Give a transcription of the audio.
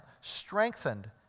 strengthened